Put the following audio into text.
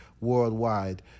worldwide